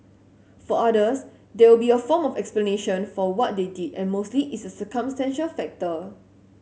for others there will be a form of explanation for what they did and mostly it's a circumstantial factor